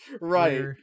right